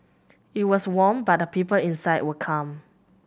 it was warm but the people inside were calm